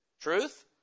Truth